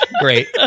Great